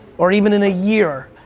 or even in a year,